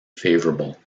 favorable